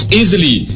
easily